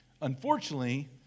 unfortunately